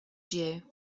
due